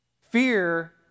Fear